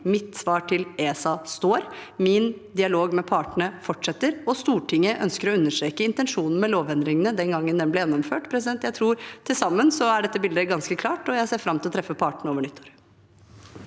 Mitt svar til ESA står, min dialog med partene fortsetter, og Stortinget ønsker å understreke intensjonen med lovendringene den gangen de ble gjennomført. Jeg tror at til sammen er dette bildet ganske klart, og jeg ser fram til å treffe partene over nyttår.